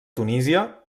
tunísia